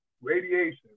radiation